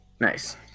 Nice